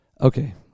Okay